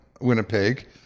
Winnipeg